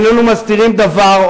איננו מסתירים דבר,